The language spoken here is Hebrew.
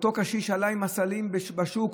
אותו קשיש עלה עם הסלים מהשוק,